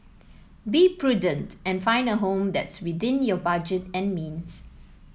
be prudent and find a home that's within your budget and means